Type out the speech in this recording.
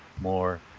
more